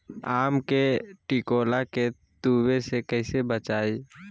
आम के टिकोला के तुवे से कैसे बचाई?